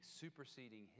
superseding